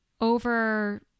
over